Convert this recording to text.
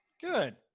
Good